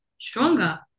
stronger